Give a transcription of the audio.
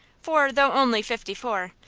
for though only fifty-four,